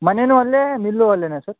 ಮನೇನು ಅಲ್ಲೆ ಮಿಲ್ಲು ಅಲ್ಲೇನ ಸರ್